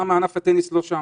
מה זאת אומרת?